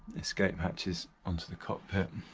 escape hatches onto the cockpit,